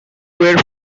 were